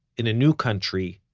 in a new country,